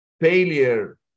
failure